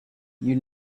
you